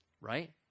right